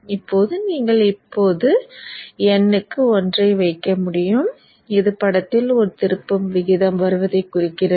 இங்கே நீங்கள் இப்போது N க்கு ஒன்றை வைக்க முடியும் இது படத்தில் ஒரு திருப்ப விகிதம் வருவதைக் குறிக்கிறது